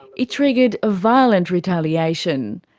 it triggered a violent retaliation.